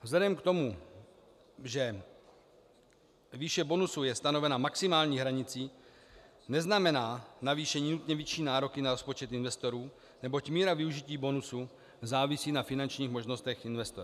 Vzhledem k tomu, že výše bonusu je stanovena maximální hranicí, neznamená navýšení vyšší nároky na rozpočet investorů, neboť míra využití bonusu závisí na finančních možnostech investora.